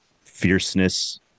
fierceness